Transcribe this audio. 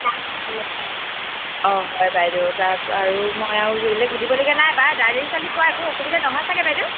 অঁ হয় বাইদেউ তাৰপৰা আৰু মই আৰু বেলেগ সুুধিবলগীয়া নাই বাৰু দালি চালি খোৱাত একো অসুবিধা নহয় চাগে বাইদেউ